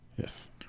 Yes